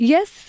Yes